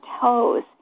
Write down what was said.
toes